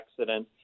accident